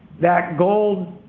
that gold,